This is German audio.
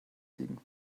liegen